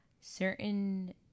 certain